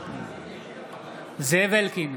זאב אלקין,